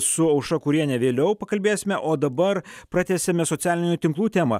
su aušra kuriene vėliau pakalbėsime o dabar pratęsėme socialinių tinklų temą